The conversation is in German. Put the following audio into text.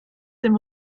dem